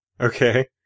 okay